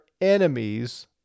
enemies